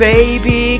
Baby